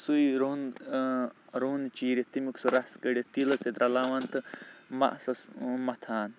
سُے رُہُن رہُن چیٖرِتھ تَمیُک سُہ رَس کٔڈِتھ تیٖلَس سٍتۍ رَلاوان تہٕ مسَس مَتھان